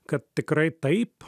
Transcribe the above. kad tikrai taip